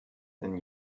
than